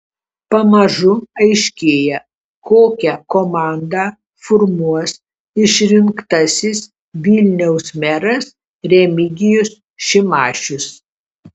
pamažu aiškėja kokią komandą formuos išrinktasis vilniaus meras remigijus šimašius